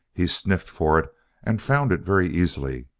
he sniffed for it and found it very easily,